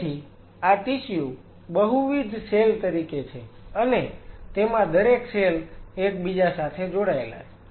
Refer Slide Time 1513 તેથી આ tissue બહુવિધ સેલ તરીકે છે અને તેમાં દરેક સેલ એકબીજા સાથે જોડાયેલા છે